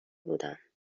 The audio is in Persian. بودم